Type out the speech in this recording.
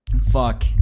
Fuck